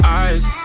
eyes